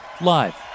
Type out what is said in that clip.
live